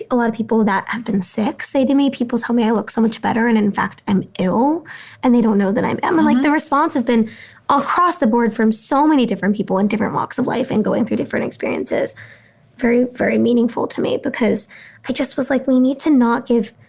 a lot of people that have been sick say to me, people tell me i look so much better and in fact, i'm ill and they don't know that i am. um like the response has been across the board from so many different people in different walks of life and going through different experiences very, very meaningful to me because i just was like we need to not give,